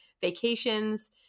vacations